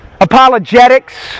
apologetics